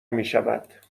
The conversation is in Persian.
میشود